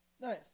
Nice